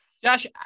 Josh